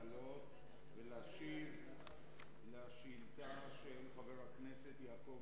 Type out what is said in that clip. לעלות ולהשיב על שאילתא של חבר הכנסת יעקב